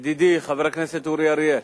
ידידי חבר הכנסת אורי אריאל,